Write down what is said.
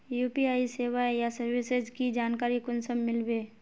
UPI सेवाएँ या services की जानकारी कुंसम मिलबे?